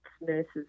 nurses